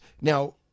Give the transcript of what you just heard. now